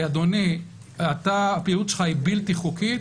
אדוני, הפעילות שלך היא בלתי חוקית,